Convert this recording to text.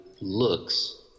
looks